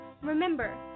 Remember